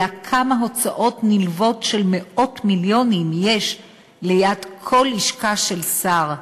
אלא כמה הוצאות נלוות של מאות מיליונים יש ליד כל לשכה של שר,